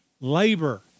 labor